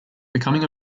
becoming